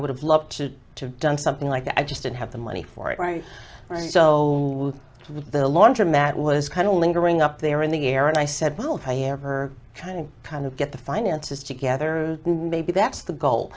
would have loved to have done something like that i just didn't have the money for it right so the laundromat was kind of lingering up there in the air and i said well if i ever kind of kind of get the finances together maybe that's the goal